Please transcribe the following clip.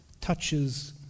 touches